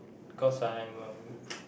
cause I'm a